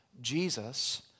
Jesus